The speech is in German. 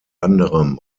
anderem